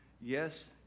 yes